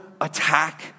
attack